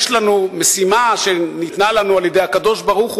יש לנו משימה שניתנה לנו על-ידי הקדוש-ברוך-הוא